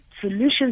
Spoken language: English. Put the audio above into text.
solutions